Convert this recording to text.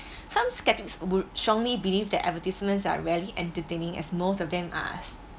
some sceptics would strongly believe that advertisements are rarely entertaining as most of them are